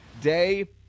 day